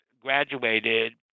graduated